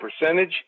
percentage